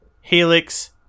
Helix